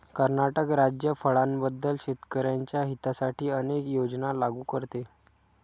कर्नाटक राज्य फळांबद्दल शेतकर्यांच्या हितासाठी अनेक योजना लागू करते